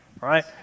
right